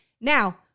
now